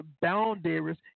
boundaries